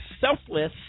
selfless